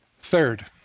Third